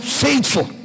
faithful